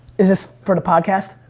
is this for the podcast?